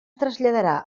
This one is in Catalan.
traslladarà